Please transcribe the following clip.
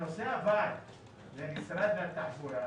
הנושא עבר למשרד הרישוי,